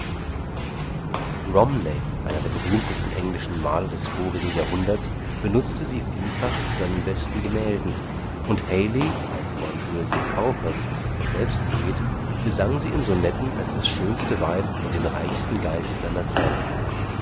einer der berühmtesten englischen maler des vorigen jahrhunderts benutzte sie vielfach zu seinen besten gemälden und hayley ein freund william cowpers und selbst poet besang sie in sonetten als das schönste weib und den reichsten geist seiner zeit